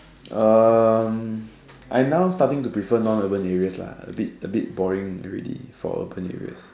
I now starting to prefer non urban areas lah a bit a bit boring already for urban areas